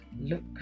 look